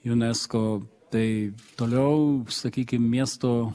junesko tai toliau sakykim miesto